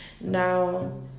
Now